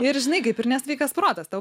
ir žinai kaip ir nesveikas protas tau